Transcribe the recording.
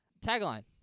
tagline